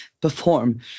perform